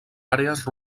àrees